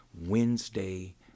Wednesday